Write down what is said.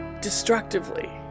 destructively